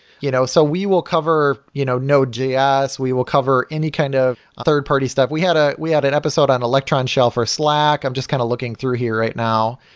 you know so we will cover you know node js. we will cover any kind of third-party stuff. we had ah we had an episode on electron shell for slack. i'm just kind of looking through here right now.